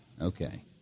okay